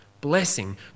Blessing